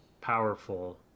powerful